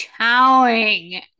chowing